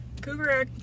cougar